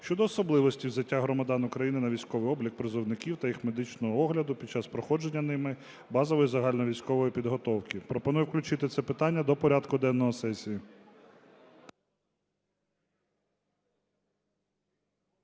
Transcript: щодо особливостей взяття громадян України на військовий облік призовників та їх медичного огляду під час проходження ними базової загальновійськової підготовки. Пропоную включити це питання до порядку денного сесії.